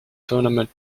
tournament